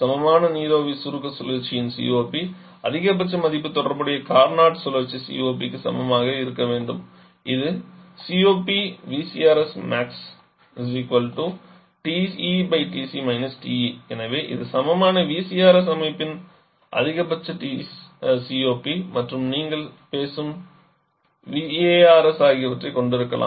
சமமான நீராவி சுருக்க சுழற்சியின் COP அதிகபட்ச மதிப்பு தொடர்புடைய கார்னாட் சுழற்சி COP க்கு சமமாக இருக்க வேண்டும் இது எனவே இது சமமான VCRS அமைப்பின் அதிகபட்ச COP மற்றும் நீங்கள் பேசும் VARS ஆகியவற்றைக் கொண்டிருக்கலாம்